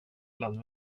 bland